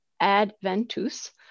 adventus